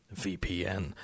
VPN